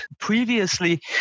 previously